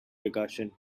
recursion